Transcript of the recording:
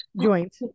joint